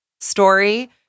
story